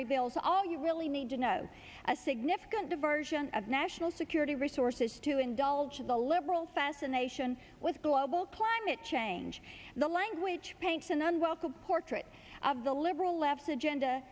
rebuilds all you really need to know a significant diversion of national security resources to indulge in the liberal fascination with global climate change the language paints an unwelcome portrait of the liberal left agenda